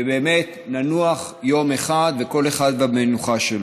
ובאמת ננוח יום אחד, וכל אחד והמנוחה שלו.